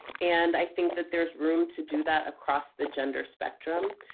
and i think that there's room to do that across the gender spectrum.